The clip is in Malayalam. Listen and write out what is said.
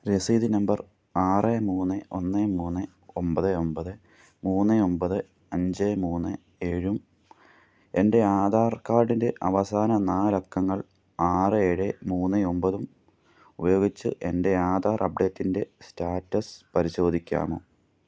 രസീത് നമ്പർ ആറ് മൂന്ന് ഒന്ന് മൂന്ന് ഒമ്പത് ഒമ്പത് മൂന്ന് ഒമ്പത് അഞ്ച് മൂന്ന് ഏഴും എൻ്റെ ആധാർ കാർഡിൻ്റെ അവസാന നാലക്കങ്ങൾ ആറ് ഏഴ് മൂന്ന് ഒമ്പതും ഉപയോഗിച്ച് എൻ്റെ ആധാർ അപ്ഡേറ്റിൻ്റെ സ്റ്റാറ്റസ് പരിശോധിക്കാമോ